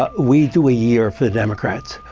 ah we do a year for the democrats.